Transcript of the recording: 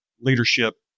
leadership